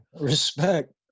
Respect